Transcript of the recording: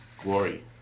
glory